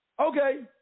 Okay